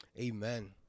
Amen